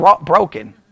broken